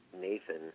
Nathan